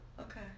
Okay